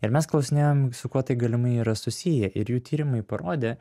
ir mes klausinėjom su kuo tai galimai yra susiję ir jų tyrimai parodė